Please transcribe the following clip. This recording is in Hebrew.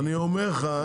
אני אומר לך,